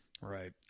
Right